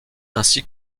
ainsi